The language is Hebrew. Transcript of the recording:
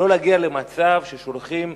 ולא להגיע למצב ששולחים